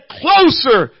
closer